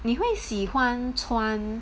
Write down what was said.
你会喜欢穿